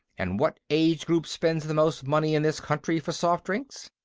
and what age-group spends the most money in this country for soft-drinks?